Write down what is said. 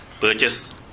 purchase